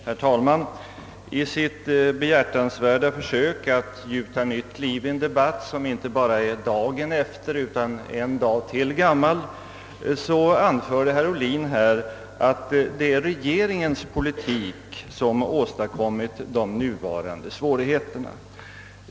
Herr talman! I sitt behjärtansvärda försök att gjuta nytt liv i en debatt, som inte bara är dagen efter utan ytterligare en dag gammal, anförde herr Ohlin att det är regeringens politik som åstadkommit de nuvarande svårigheterna.